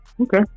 okay